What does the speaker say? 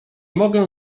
mogę